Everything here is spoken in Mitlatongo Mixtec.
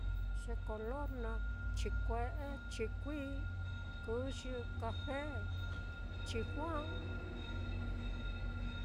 Ye kolor naá chikue'e, chikui, kɨyɨ, kafe, chijua.